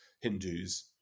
Hindus